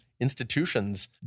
institutions